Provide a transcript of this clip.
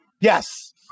Yes